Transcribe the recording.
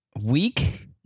week